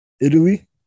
Italy